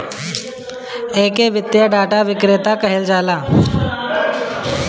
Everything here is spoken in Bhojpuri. एके वित्तीय डाटा विक्रेता कहल जाला